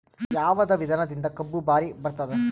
ಯಾವದ ವಿಧಾನದಿಂದ ಕಬ್ಬು ಭಾರಿ ಬರತ್ತಾದ?